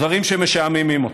דברים שמשעממים אותו.